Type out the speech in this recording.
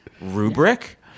rubric